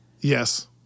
Yes